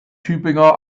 tübinger